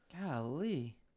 Golly